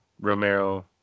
Romero